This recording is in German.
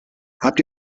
habt